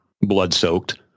blood-soaked